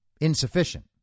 insufficient